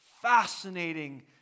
fascinating